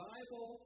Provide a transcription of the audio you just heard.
Bible